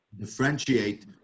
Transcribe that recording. differentiate